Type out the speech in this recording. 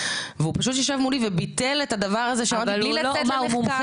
והוא פשוט ישב מולי וביטל את הדבר הזה בלי לצאת למחקר.